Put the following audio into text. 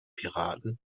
piraten